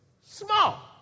small